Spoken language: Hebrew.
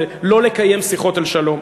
זה לא לקיים שיחות על שלום.